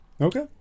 Okay